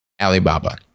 Alibaba